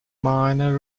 minor